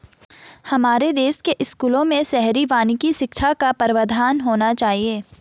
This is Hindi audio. हमारे देश के स्कूलों में शहरी वानिकी शिक्षा का प्रावधान होना चाहिए